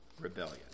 rebellion